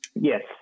Yes